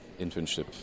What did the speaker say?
internship